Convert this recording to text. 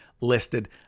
listed